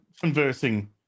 conversing